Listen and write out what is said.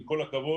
עם כל הכבוד,